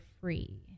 free